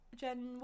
gen